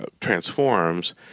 transforms